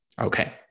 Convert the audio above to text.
Okay